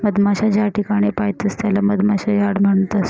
मधमाशा ज्याठिकाणे पायतस त्याले मधमाशा यार्ड म्हणतस